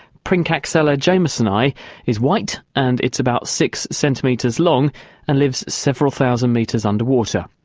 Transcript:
princaxelia jamiesoni is white and it's about six centimetres long and lives several thousand metres underwater.